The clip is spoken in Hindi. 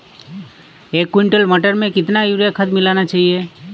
एक कुंटल मटर में कितना यूरिया खाद मिलाना चाहिए?